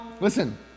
Listen